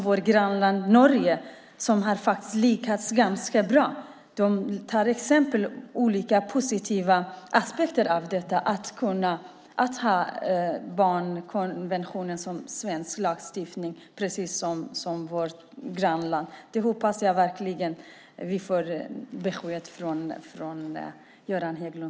Vårt grannland Norge har lyckats ganska bra. Det finns olika positiva aspekter när det gäller att ha barnkonventionen som svensk lagstiftning, precis som i vårt grannland. Jag hoppas verkligen att vi får ett besked från socialminister Göran Hägglund.